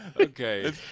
Okay